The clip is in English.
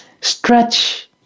Stretch